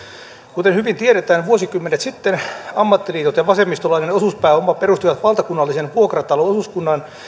kuten hyvin tiedetään vuosikymmenet sitten ammattiliitot ja vasemmistolainen osuuspääoma perustivat valtakunnallisen vuokratalo osuuskunnan